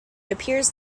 appears